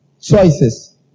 choices